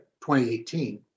2018